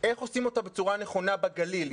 איך עושים את זה בצורה נכונה בגליל.